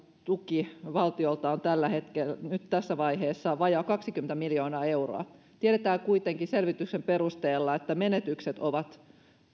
tuki valtiolta on nyt tässä vaiheessa vajaa kaksikymmentä miljoonaa euroa tiedetään kuitenkin selvityksen perusteella että menetykset ovat